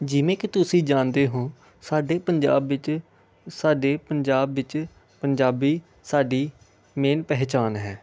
ਜਿਵੇਂ ਕਿ ਤੁਸੀਂ ਜਾਣਦੇ ਹੋ ਸਾਡੇ ਪੰਜਾਬ ਵਿੱਚ ਸਾਡੇ ਪੰਜਾਬ ਵਿੱਚ ਪੰਜਾਬੀ ਸਾਡੀ ਮੇਨ ਪਹਿਚਾਣ ਹੈ